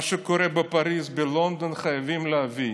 מה שקורה בפריז ובלונדון, חייבים להבין,